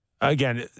Again